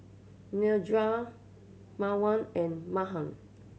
Niraj Pawan and Mahan